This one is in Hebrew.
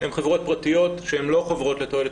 הן חברות פרטיות שהן לא חברות לתועלת